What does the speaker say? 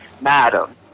Madam